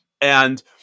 And-